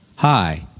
Hi